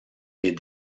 les